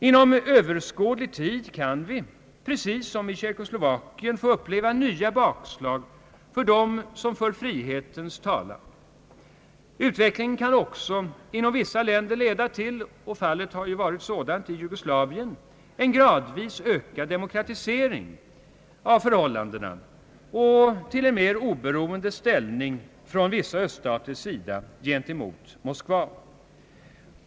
Inom överskådlig tid kan vi, precis som i Tjeckoslovakien, få uppleva nya bakslag för dem som för frihetens talan. Utvecklingen kan också inom vissa länder leda till — vilket är fallet i Jugoslavien — en gradvis ökad demokratisering av förhållandena och till en mer oberoende ställning från vissa öÖststaters sida gentemot Moskva.